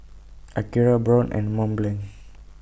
Akira Braun and Mont Blanc